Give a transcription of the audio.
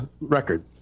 record